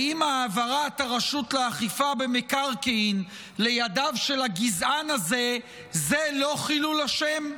האם העברת הרשות לאכיפה במקרקעין לידיו של הגזען הזה זה לא חילול השם?